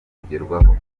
kugerwaho